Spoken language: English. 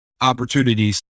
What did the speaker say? opportunities